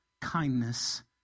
kindness